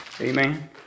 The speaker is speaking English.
Amen